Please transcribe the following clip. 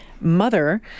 mother